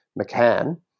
McCann